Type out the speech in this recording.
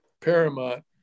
paramount